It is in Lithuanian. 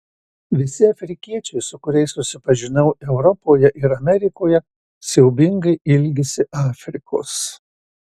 visi afrikiečiai su kuriais susipažinau europoje ir amerikoje siaubingai ilgisi afrikos